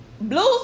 blue's